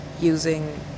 using